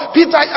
Peter